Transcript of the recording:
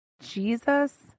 Jesus